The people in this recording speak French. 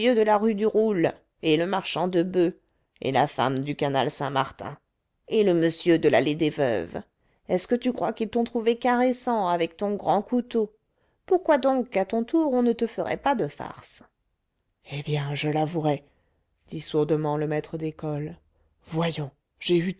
de la rue du roule et le marchand de boeufs et la femme du canal saint-martin et le monsieur de l'allée des veuves est-ce que tu crois qu'ils t'ont trouvé caressant avec ton grand couteau pourquoi donc qu'à ton tour on ne te ferait pas de farce eh bien je l'avouerai dit sourdement le maître d'école voyons j'ai eu